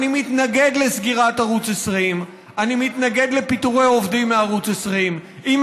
אני מתנגד לסגירת ערוץ 20. אני מתנגד לפיטורי עובדים מערוץ 20. אם